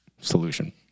solution